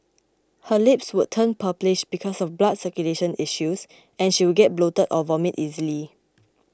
her lips would turn purplish because of blood circulation issues and she would get bloated or vomit easily